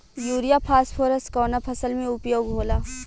Urea phosphorus कवना फ़सल में उपयोग होला?